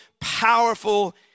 powerful